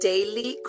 Daily